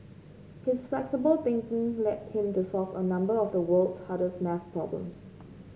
his flexible thinking led him to solve a number of the world's hardest maths problems